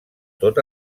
tot